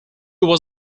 was